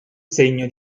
segno